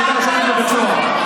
היא הייתה יושבת בבית סוהר.